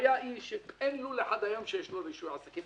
הבעיה היא שאין לול אחד היום שיש לו רישוי עסקים,